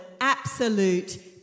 absolute